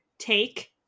take